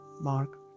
Mark